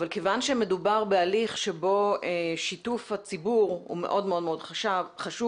אבל כיוון שמדובר בהליך שבו שיתוף הציבור הוא מאוד חשוב,